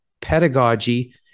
pedagogy